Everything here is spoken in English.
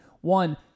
One